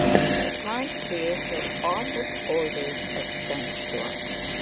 which a kind creator almost always extends to us.